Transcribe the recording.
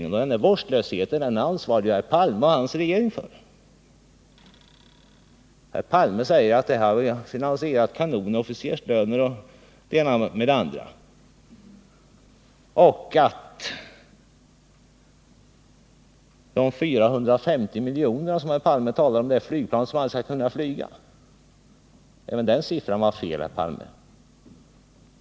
Och den vårdslösheten ansvarar herr Palme och hans regering för. : å Olof Palme säger att vi har finansierat kanoner, officerslöner och det ena med det andra. När han talar om de 450 miljonerna för det flygplan som aldrig kommer att flyga, så är även den siffran fel.